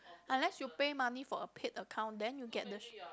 unless you pay money for a paid account then you get the